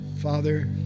father